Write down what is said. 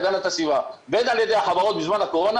הן על ידי המשרד להגנת הסביבה והן על ידי החברות בזמן הקורונה